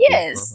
Yes